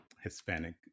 Hispanic